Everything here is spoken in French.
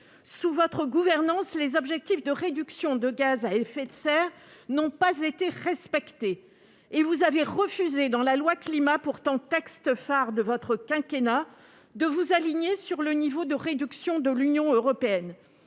Sous votre gouvernance, les objectifs de réduction des émissions de gaz à effet de serre n'ont pas été respectés, et vous avez refusé, dans la loi Climat, pourtant texte phare de votre quinquennat, de vous aligner sur le niveau de réduction de l'Union européenne.